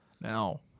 Now